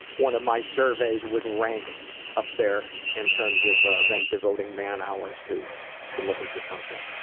one of my surveys would rank up there in terms of of them devoting man hours to to looking for something.